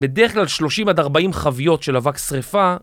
בדרך כלל שלושים עד ארבעים חביות של אבק שריפה